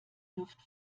luft